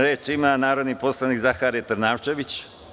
Reč ima narodni poslanik Zaharije Trnavčević.